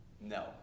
No